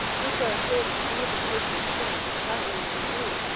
which are a sort of deification of string, as lightly as they do,